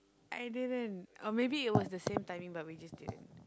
I didn't or maybe it was the same timing but we just didn't